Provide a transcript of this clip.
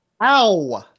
Ow